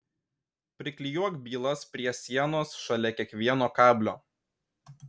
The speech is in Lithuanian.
priklijuok bylas prie sienos šalia kiekvieno kablio